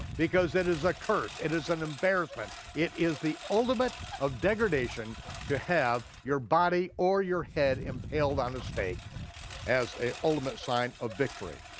because it is a curse, it is an embarrassment, it is the ultimate degradation to have your body or your head impaled on a stake as a ultimate sign of victory.